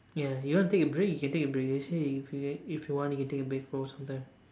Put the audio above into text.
ya you want to take a break you can take a break they say if you want you can take a break for some time